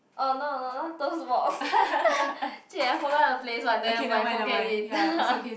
uh no no not Toast-Box !shit! I forgot the place one but never mind forget it